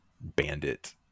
bandit